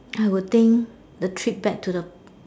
I would think the trip back to the